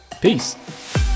peace